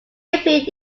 appeared